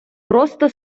просто